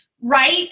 right